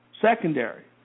secondary